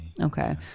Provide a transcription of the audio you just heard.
okay